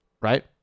right